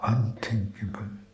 Unthinkable